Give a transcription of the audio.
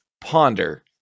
ponder